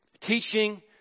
teaching